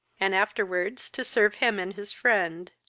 and afterwards to serve him and his friend.